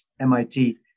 MIT